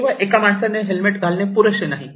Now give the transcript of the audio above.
केवळ एका माणसाने हेल्मेट घालने पुरेसे नाही